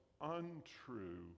untrue